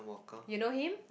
you know him